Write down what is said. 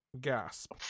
Gasp